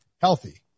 healthy